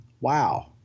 Wow